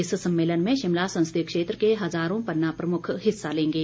इस सम्मेलन में शिमला संसदीय क्षेत्र के हजारों पन्ना प्रमुख हिस्सा लेंगे